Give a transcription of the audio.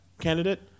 candidate